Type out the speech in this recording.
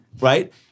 Right